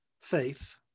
Faith